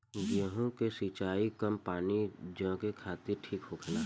गेंहु के सिंचाई कम पानी वाला जघे खातिर ठीक होखेला